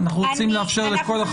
אנחנו רוצים לאפשר לכל אחד לפתוח בדברים.